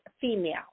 female